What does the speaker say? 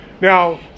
Now